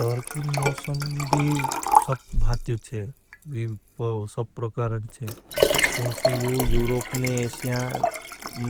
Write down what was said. टर्कीन मौसम भात्य है, क्योंकि यूरोप और एसियान